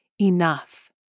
enough